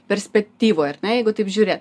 perspektyvoj ar ne jeigu taip žiūrėt